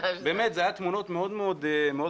באמת, אלו היו תמונות מאוד קשות.